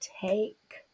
take